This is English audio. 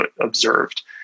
observed